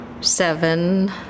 seven